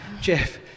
Jeff